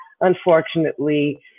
unfortunately